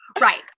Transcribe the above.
Right